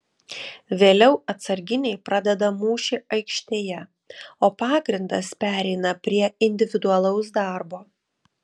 vėliau atsarginiai pradeda mūšį aikštėje o pagrindas pereina prie individualaus darbo